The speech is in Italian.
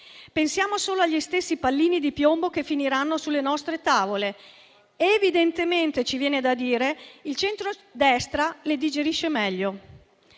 pensi solo agli stessi pallini di piombo che finiranno sulle nostre tavole. Evidentemente - ci viene da dire - il centrodestra le digerisce meglio.